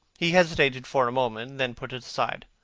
he hesitated for a moment, and then put it aside.